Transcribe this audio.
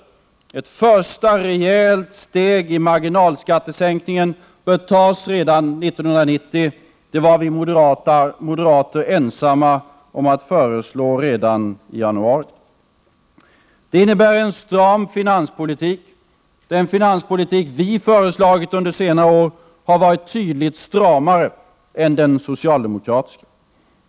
Ett rejält första steg i marginalskattesänkningen bör tas redan 1990. Det var vi moderater ensamma om att föreslå redan i januari. Det innebär en stram finanspolitik. Den finanspolitik vi föreslagit under senare år har varit tydligt stramare än den socialdemokratiska.